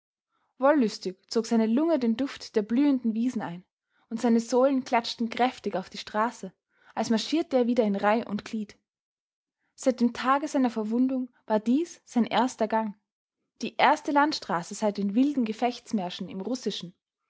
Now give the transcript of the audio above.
wollüstig zog seine lunge den duft der blühenden wiesen ein und seine sohlen klatschten kräftig auf die straße als marschierte er wieder in reih und glied seit dem tage seiner verwundung war dies sein erster gang die erste landstraße seit den wilden gefechtsmärschen im russischen